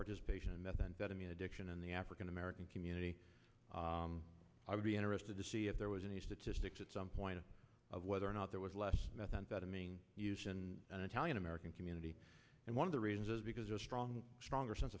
participation in methamphetamine addiction in the african american community i would be interested to see if there was any statistics at some point of whether or not there was less methamphetamine use in an italian american community and one of the reasons is because the strong stronger sense